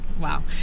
Wow